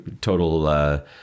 total